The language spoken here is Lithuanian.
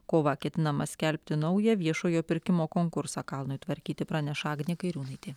kovą ketinama skelbti naują viešojo pirkimo konkursą kalnui tvarkyti praneša agnė kairiūnaitė